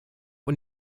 und